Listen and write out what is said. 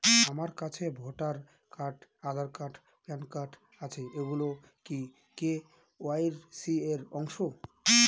আমার কাছে voter card Aadhaar card PAN card আছে এগুলো কি কে.ওয়াই.সি র অংশ?